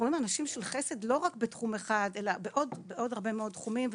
אנחנו רואים אנשים של חסד לא רק בתחום אחד אלא בעוד הרבה מאוד תחומים.